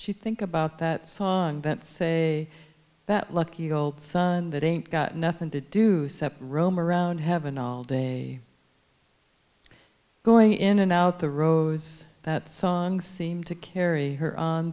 she think about that song bet say that lucky old son that ain't got nothing to do cept roam around heaven all day going in and out the rose that song seem to carry her